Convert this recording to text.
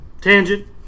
Tangent